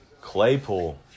Claypool